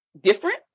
different